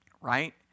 right